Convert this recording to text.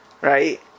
right